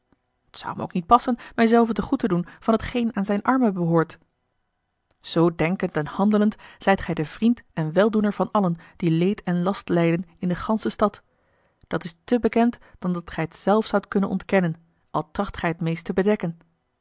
t zou me ook niet passen mij zelven te goed te doen van t geen aan zijne armen behoort zoo denkend en handelend zijt gij de vriend en weldoener van allen die leed en last lijden in de gansche stad dat is te bekend dan dat gij t zelf zoudt knnnen ontkennen al tracht gij het meest te bedekken